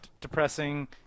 depressing